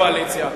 לקואליציה.